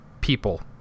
people